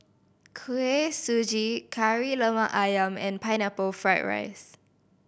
Kuih Suji Kari Lemak Ayam and Pineapple Fried rice